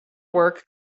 work